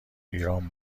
ایران